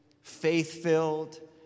faith-filled